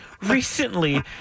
recently